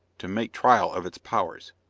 to make trial of its powers.